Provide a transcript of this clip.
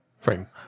frame